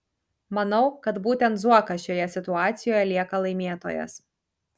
manau kad būtent zuokas šioje situacijoje lieka laimėtojas